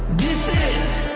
this is